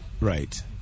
Right